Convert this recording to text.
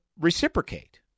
reciprocate